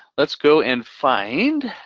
let's go and find.